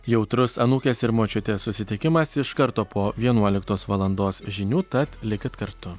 jautrus anūkės ir močiutės susitikimas iš karto po vienuoliktos valandos žinių tad likit kartu